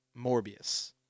Morbius